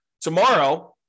tomorrow